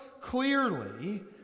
clearly